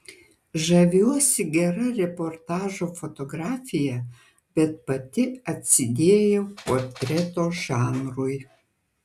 žaviuosi gera reportažo fotografija bet pati atsidėjau portreto žanrui